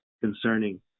concerning